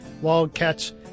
wildcats